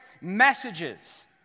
messages